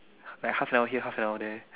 like half an hour here half an hour there